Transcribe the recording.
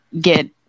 get